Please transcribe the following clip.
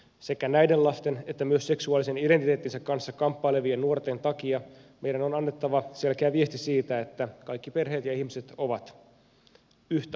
sekä näiden lasten että myös seksuaalisen identiteettinsä kanssa kamppailevien nuorten takia meidän on annettava selkeä viesti siitä että kaikki perheet ja ihmiset ovat yhtä arvokkaita ja tasavertaisia